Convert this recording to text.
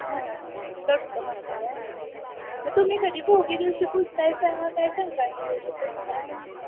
म्हणताय लोटकं म्हणताय होय तुम्ही कधी भोगी दिवशी पूजताय सा का संक्रांती दिवशी पूजताय